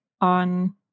on